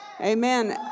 Amen